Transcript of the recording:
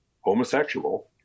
homosexual